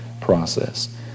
process